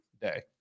day